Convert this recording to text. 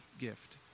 gift